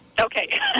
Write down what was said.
Okay